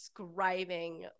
describing